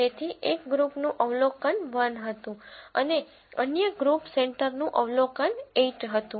તેથી એક ગ્રુપ નું અવલોકન 1 હતું અને અન્ય ગ્રુપ સેન્ટરનું અવલોકન 8 હતું